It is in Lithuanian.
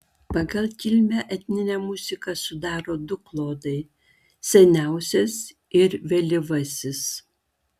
pagal kilmę etninę muziką sudaro du klodai seniausias ir vėlyvasis